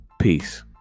peace